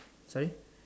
sorry